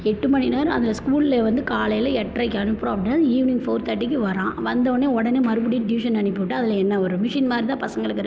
எட்டு மணி நேரம் அந்த ஸ்கூலில் வந்து காலையில் எட்டறைக்கு அனுப்புகிறோம் அப்படின்னா ஈவினிங் ஃபோர் தேர்ட்டிக்கு வர்றான் வந்தவொடனே உடனே மறுபடியும் டியூஷன் அனுப்பிவிட்டால் அதில் என்ன வரும் மிஷின் மாதிரி தான் பசங்களுக்கு இருக்கும்